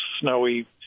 snowy